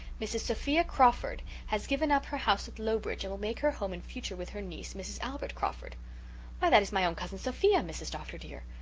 mrs. sophia crawford has given up her house at lowbridge and will make her home in future with her niece, mrs. albert crawford why that is my own cousin sophia, mrs. dr. dear.